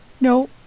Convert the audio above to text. No